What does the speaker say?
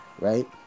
right